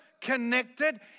connected